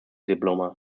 diploma